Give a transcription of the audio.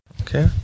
Okay